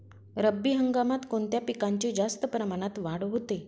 रब्बी हंगामात कोणत्या पिकांची जास्त प्रमाणात वाढ होते?